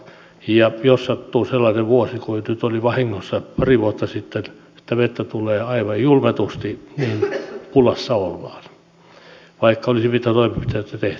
ja jos sattuu sellainen vuosi kuin nyt oli vahingossa pari vuotta sitten että vettä tulee aivan julmetusti niin pulassa ollaan vaikka olisi mitä toimenpiteitä tehty